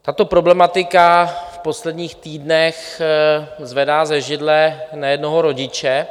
Tato problematika v posledních týdnech zvedá ze židle nejednoho rodiče.